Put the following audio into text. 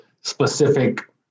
specific